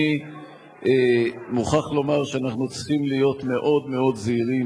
אני מוכרח לומר שאנחנו צריכים להיות מאוד זהירים